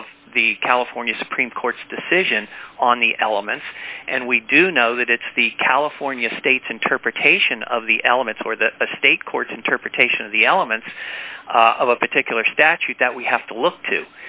of the california supreme court's decision on the elements and we do know that it's the california states interpretation of the elements or the state courts interpretation of the elements of a particular statute that we have to look to